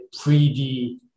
3D